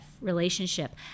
relationship